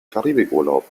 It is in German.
karibikurlaub